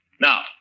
Now